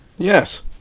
Yes